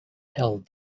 held